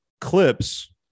clips